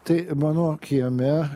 tai mano kieme